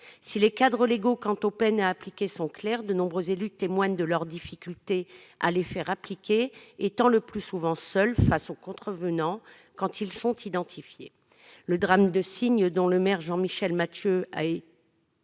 Si les cadres légaux relatifs aux peines à appliquer sont clairs, de nombreux élus témoignent de leurs difficultés à les faire appliquer, car ils sont le plus souvent seuls face aux contrevenants quand ils sont identifiés. Le drame de Signes, commune dont le maire, Jean-Mathieu Michel, a été